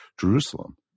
Jerusalem